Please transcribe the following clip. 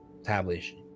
establish